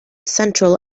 central